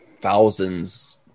thousands